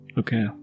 okay